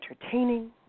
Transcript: entertaining